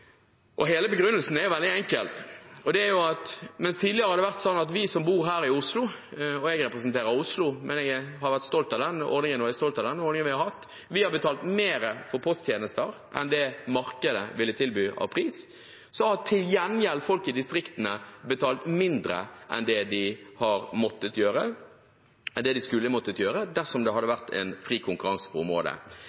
Begrunnelsen er veldig enkel. Mens det tidligere har vært sånn at vi som bor her i Oslo – jeg representerer Oslo, men har vært stolt og er stolt av den ordningen vi har hatt – har betalt mer for posttjenester enn den prisen markedet har satt, har til gjengjeld folk i distriktene betalt mindre enn det de hadde måttet gjøre dersom det hadde vært fri konkurranse på området. Etter hvert som det